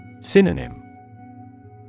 Synonym